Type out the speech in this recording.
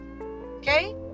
Okay